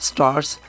Stars